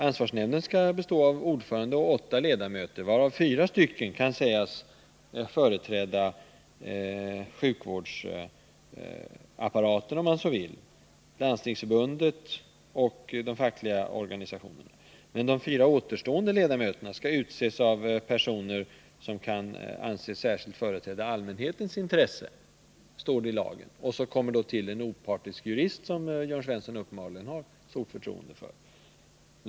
Ansvarsnämnden skall bestå av ordförande och åtta ledamöter, av vilka fyra kan sägas företräda sjukvårdsapparaten, nämligen Landstingsförbundet och de fackliga organisationerna. Men de fyra återstående ledamöterna skall utses bland personer som kan anses särskilt företräda allmänhetens intresse, står det i lagen. Och ordföranden skall vara en opartisk jurist, en kategori som Jörn Svensson uppenbarligen har stort förtroende för.